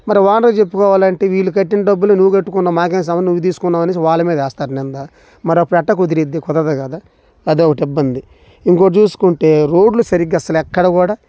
మరి ఓనర్కి చెప్పుకోవాలంటే వీళ్ళు కట్టిన డబ్బులు నువ్వు కట్టుకున్నావు మాకేం సంబంధం నువ్వు తీసుకున్నావు అనేసి వాళ్ళ మీద వేస్తారు నింద మరిప్పుడు ఎట్లా కుదిరితే కుదరదు కదా అదొకటి ఇబ్బంది ఇంకోటి చూసుకుంటే రోడ్లు సరిగా అసలు ఎక్కడా కూడా